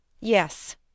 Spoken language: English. yes